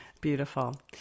Beautiful